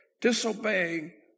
Disobeying